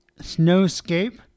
snowscape